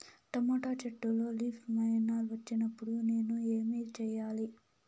Tomato చెట్టులో leaf miner వచ్చినప్పుడు నేను ఏమి చెయ్యాలి?